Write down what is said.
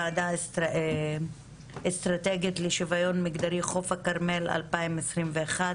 ועדה אסטרטגית לשוויון מגדרי חוף הכרמל 2021,